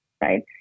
right